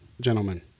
gentlemen